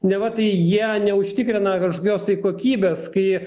neva tai jie neužtikrina kažkokios tai kokybės kai